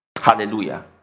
Hallelujah